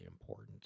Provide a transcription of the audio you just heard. important